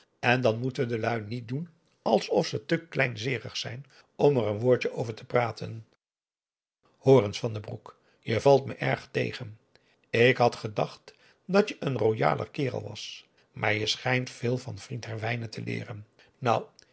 en dan moeten de lui niet doen alsof ze te kleinzeerig zijn om er een woordje over te praten hoor eens van den broek je valt me erg tegen ik had gedacht dat je een royaler kerel was maar je schijnt veel van vriend herwijnen te leeren nou